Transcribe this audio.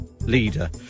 leader